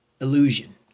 illusion